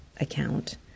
account